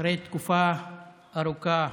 אחרי תקופה ארוכה